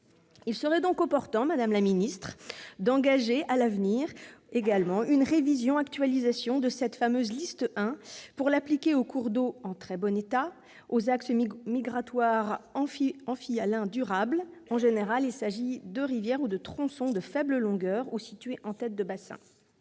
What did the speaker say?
Il serait donc opportun, madame la ministre, d'engager à l'avenir une révision-actualisation de cette liste pour l'appliquer aux cours d'eau en très bon état et aux axes migratoires amphihalins durables, qui sont en général des rivières ou tronçons de faible longueur ou situés en tête de bassin.